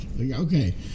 okay